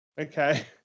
Okay